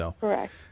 Correct